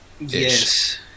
Yes